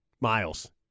Miles